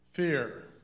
fear